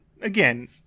again